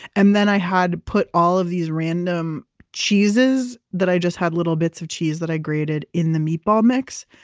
and then i had put all of these random cheeses that i just had little bits of cheese that i grated in the meatball mix.